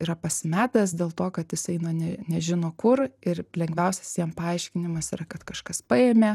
yra pasimetęs dėl to kad jis eina ne nežino kur ir lengviausias jam paaiškinimas yra kad kažkas paėmė